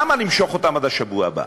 למה למשוך אותם עד השבוע הבא?